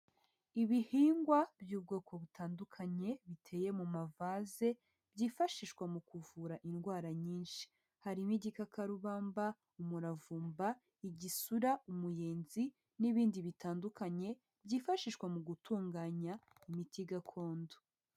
Ibihingwa by'ubwoko butandukanye biteye mu mavaze byifashishwa mu kuvura indwara nyinshi, harimo igikakarubamba ,umuravumba, igisura, umuyenzi n'ibindi bitandukanye byifashishwa mu gutunganya imiti gakondo.